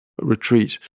retreat